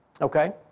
Okay